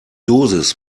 dosis